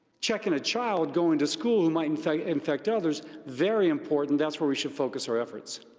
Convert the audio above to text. checking a child going to school who might infect infect others, very important. that's where we should focus our efforts.